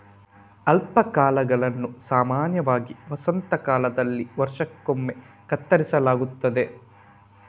ಅಲ್ಪಾಕಾಗಳನ್ನು ಸಾಮಾನ್ಯವಾಗಿ ವಸಂತ ಕಾಲದಲ್ಲಿ ವರ್ಷಕ್ಕೊಮ್ಮೆ ಕತ್ತರಿಸಲಾಗುತ್ತದೆ